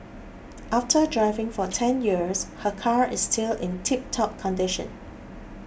after driving for ten years her car is still in tiptop condition